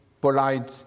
polite